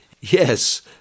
Yes